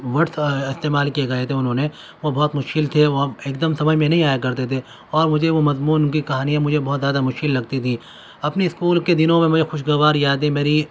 words استعمال کیے گئے تھے انہوں نے وہ بہت مشکل تھے وہ ایک دم سمجھ میں نہیں آیا کرتے تھے اور مجھے وہ مضمون ان کی کہانیاں مجھے بہت زیادہ مشکل لگتی تھیں اپنی اسکول کے دنوں میں مجھے خوشگوار یادیں میری